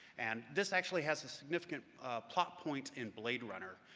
and this actually has a significant plot point in blade runner,